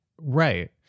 Right